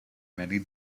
many